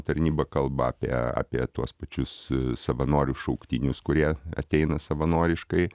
tarnyba kalba apie apie tuos pačius savanorius šauktinius kurie ateina savanoriškai